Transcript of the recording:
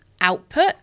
output